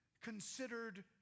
considered